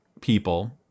people